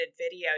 video